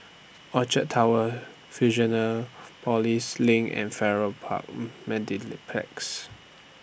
Orchard Towers Fusionopolis LINK and Farrer Park